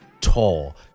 tall